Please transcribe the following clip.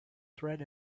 thread